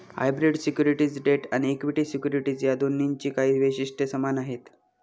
hybrid securities debt आणि equity securities या दोन्हींची काही वैशिष्ट्ये समान आहेत